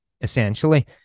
essentially